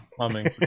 humming